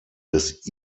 des